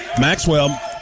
Maxwell